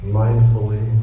mindfully